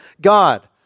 God